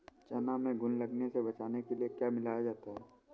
चना में घुन लगने से बचाने के लिए क्या मिलाया जाता है?